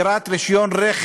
ומדברים על אגרת רישיון רכב,